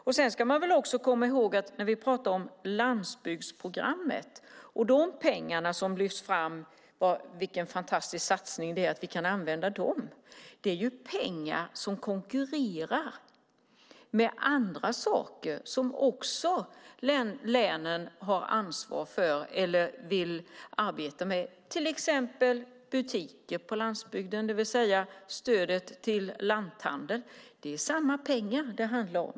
Vi ska också komma ihåg att pengarna för landsbygdsprogrammet, som lyfts fram som en fantastisk satsning att vi kan använda, är det ju pengar som konkurrerar med andra saker som länen också har ansvar för eller vill arbeta med, till exempel butiker på landsbygden, det vill säga stödet till lanthandel. Det är samma pengar det handlar om.